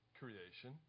creation